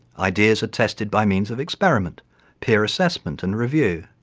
ideas are tested by means of experiment peer assessment and review.